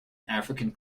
african